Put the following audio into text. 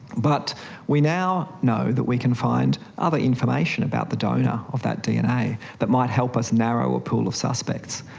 but we now know that we can find other information about the donor of that dna that might help us narrow a pool of suspects.